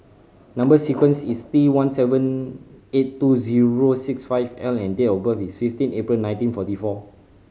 number sequence is T one seven eight two zero six five L and date of birth is fifteen April nineteen forty four